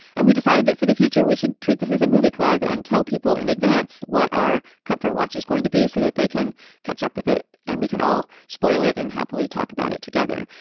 and we decided that for the future we should treat this as a movie club and tell people in advance what our comfort watch is going to be so that they can catch up with it and we can all spoil it and happily talk about it together.